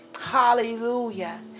Hallelujah